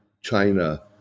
China